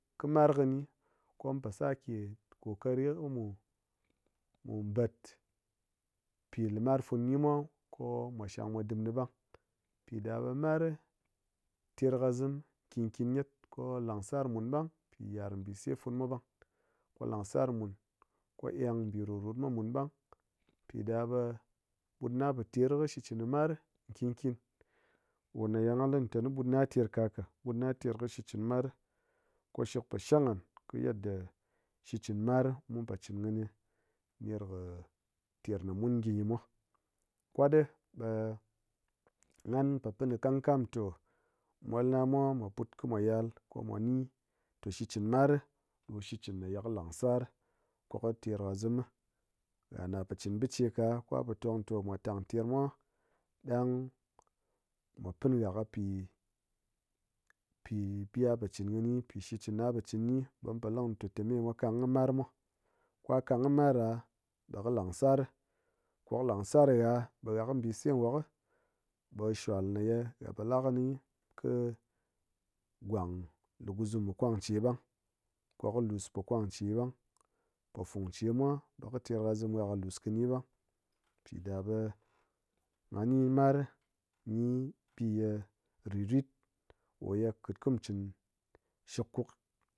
kɨ mar kini ko mu po sake kokari kɨ mu bat pi limar funu gyi mwa ko mwa shang mwa dim gyi ɓang pi ɗa ɓe mar ri ter kɨzim nkin nkin gyet ko-o langsar mun mɓang pi yit'ar mbise funu mwa ɓang ko langsar mun ko eng mbi rit rot mwa mun ɓang, piɗaɓe but na po ter kɨ shikchɨn kɨ mar nkin nkin oma ngha li te ɓut na ter ka̱ ka ɓut na ter kɨ shikchɨn mar, ko shik po shang nghan kɨ yedda shikchɨn mar mu po chɨn kɨni ner kɨter mun gyi ngyɨ mwa, kwaɗi ɓe nghan po pin kam kam to mwalnamwa mwa put kɨ mwa yal kɨ mwa ni te shikchɨn mar ɗo shikchɨn ne ye kɨ langsar ko ka ter kɨzim. Ha na po chin mbiche ka ko ha po tong tom ngo tang ter mwa ɗang mwa pin ha kɨ pi- bi ha po chɨn kɨni, pi shikchin ha po chɨn kɨni ɓe mun po likini te me ha kang kɨ mar mwa ko ha kang kɨ mar ɗa ɓa kɨ langsar ri, ko kɨ langsar ha ɓe ha kɨ mbise wok ɓe shwal ma ye ha po lakini, kɨ gwang luguzum kɨ kwang che ɓang ko kɨ lus po kwang che ɓang, pofung che mwa ɓa kɨ terkizim ha kɨ lus kini ɓang, piɗaɓe ha ni mar gyi piye rit rit ko ye kɨt kɨ mu chin shikuk